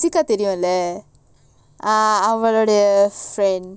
jessica தெரியும்லஅவளுடைய:theriumla avaludaya friend